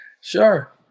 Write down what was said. sure